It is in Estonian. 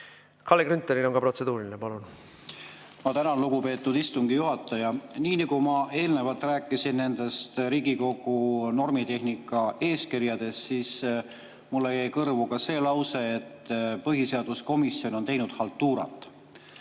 Kalle Grünthalil on ka protseduuriline. Palun! Ma tänan, lugupeetud istungi juhataja! Kui ma eelnevalt rääkisin sellest Riigikogu normitehnika eeskirjast, siis mulle jäi kõrvu see lause, et põhiseaduskomisjon on teinud haltuurat.